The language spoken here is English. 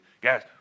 Guys